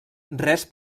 res